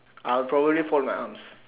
I'll probably fold my arms